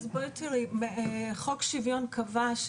חוק שוויון קבע,